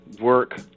work